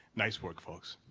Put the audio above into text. nice work, folks.